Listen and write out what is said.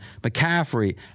McCaffrey